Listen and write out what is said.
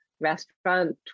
restaurant